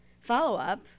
follow-up